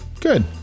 good